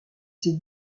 ses